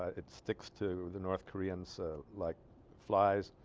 ah it sticks to the north koreans so like flies